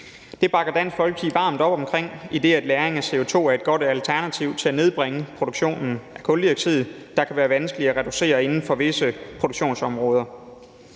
Det bakker Dansk Folkeparti varmt op omkring, idet lagring af CO2 er et godt alternativ til at nedbringe produktionen af kuldioxid, som kan være vanskelig at reducere inden for visse produktionsområder.